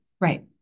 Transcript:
Right